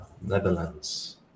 Netherlands